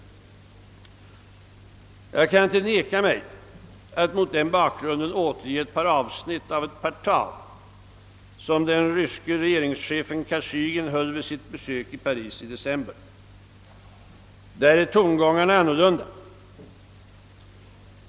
Jag kan inte neka mig att mot den bakgrunden återge ett par avsnitt av tal som den ryske regeringschefen Kosygin höll vid sitt besök i Paris i december. Där är tongångarna annorlunda.